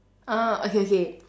ah okay okay